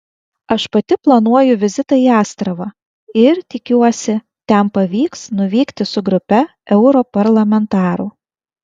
aš pati planuoju vizitą į astravą ir tikiuosi ten pavyks nuvykti su grupe europarlamentarų